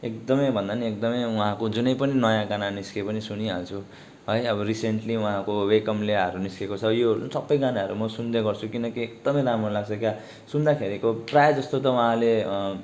एकदमै भन्दा पनि एकदमै उहाँको जुनै पनि नयाँ गाना निस्कियो भने सुनिहाल्छु है अब रिसेन्ट्ली उहाँको वे कम्लियाहरू निस्केको छ योहरू नि सबै गानाहरू म सुन्दै गर्छु किनकि एकदमै राम्रो लाग्छ क्या सुन्दाखेरिको प्रायःजस्तो त उहाँले